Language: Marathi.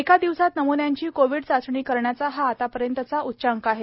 एका दिवसांत नम्न्यांची कोविड चाचणी करण्याचा हा आतापर्यंतचा उच्चांक आहे